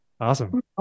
Awesome